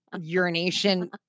urination